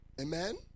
Amen